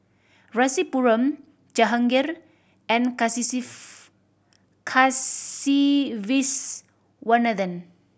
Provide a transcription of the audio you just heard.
Rasipuram Jahangir and Kasiviswanathan